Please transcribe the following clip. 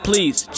Please